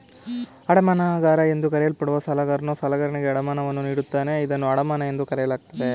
ಅಡಮಾನಗಾರ ಎಂದು ಕರೆಯಲ್ಪಡುವ ಸಾಲಗಾರನು ಸಾಲಗಾರನಿಗೆ ಅಡಮಾನವನ್ನು ನೀಡುತ್ತಾನೆ ಇದನ್ನ ಅಡಮಾನ ಎಂದು ಕರೆಯಲಾಗುತ್ತೆ